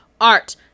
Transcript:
art